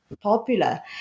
popular